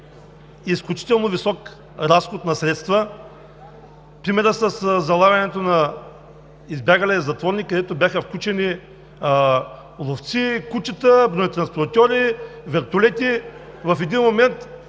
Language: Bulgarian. изключително висок разход на средства според мен. Примерът със залавянето на избягалия затворник, където бяха включени ловци, кучета, бронетранспортьори, вертолети в един момент